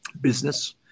business